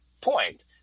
point